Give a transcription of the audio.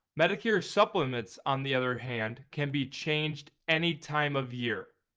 medicare supplements on the other hand can be changed any time of year.